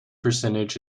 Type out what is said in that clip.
percentage